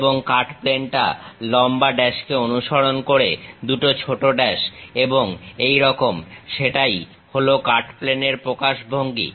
এবং কাট প্লেনটা লম্বা ড্যাশকে অনুসরণ করে দুটো ছোট ড্যাশ এবং এবং এই রকম সেটাই হলো কাট প্লেনের প্রকাশভঙ্গি